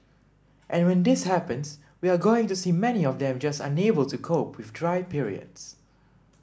and when this happens we are going to see many of them just unable to cope with dry periods